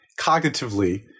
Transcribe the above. cognitively